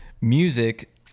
Music